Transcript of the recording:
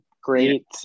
great